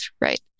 right